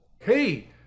hey